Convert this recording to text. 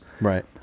right